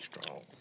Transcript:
strong